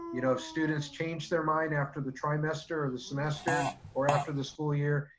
you know, students change their mind after the trimester or the semester or after the school year,